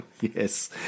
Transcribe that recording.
Yes